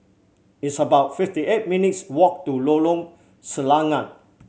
it's about fifty eight minutes' walk to Lorong Selangat